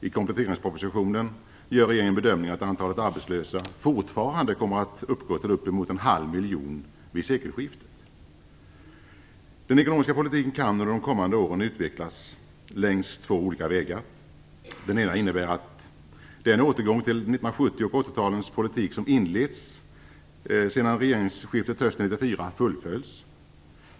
I kompletteringspropositionen gör regeringen den bedömningen att antalet arbetslösa fortfarande kommer att uppgå till en halv miljon vid sekelskiftet. Den ekonomiska politiken kan under de kommande åren utvecklas längs två olika vägar. Den ena innebär att den återgång till 70 och 80-talens politik som inletts sedan regeringsskiftet hösten 1994 fullföljs.